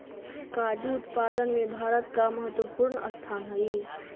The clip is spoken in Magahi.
काजू उत्पादन में भारत का महत्वपूर्ण स्थान हई